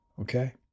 okay